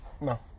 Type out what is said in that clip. No